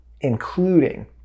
including